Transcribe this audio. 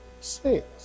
Six